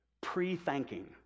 pre-thanking